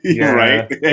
Right